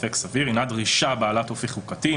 לספק סביר הינה דרישה בעלת אופי חוקתי.